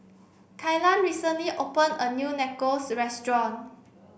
Kylan recently open a new Nachos restaurant